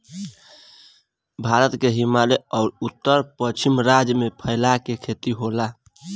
भारत के हिमालय अउर उत्तर पश्चिम राज्य में फैला के खेती होला